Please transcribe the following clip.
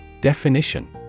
Definition